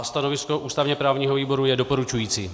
Stanovisko ústavněprávního výboru je doporučující.